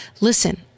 listen